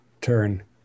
turn